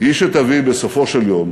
היא שתביא בסופו של יום